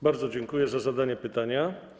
Bardzo dziękuję za zadanie pytania.